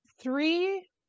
three